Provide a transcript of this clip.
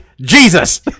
Jesus